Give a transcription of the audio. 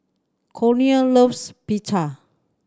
Cornel loves Pita